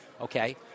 Okay